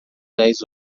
dez